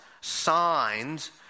signs